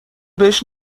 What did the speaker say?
بهش